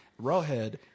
Rawhead